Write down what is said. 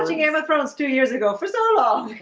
game of thrones two years ago for so long,